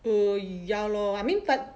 err ya lor I mean but